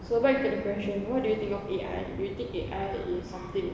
so back to the question what do you think of A_I do you think A_I is something